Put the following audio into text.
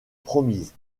promise